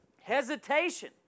hesitation